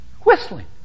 whistling